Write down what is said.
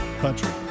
country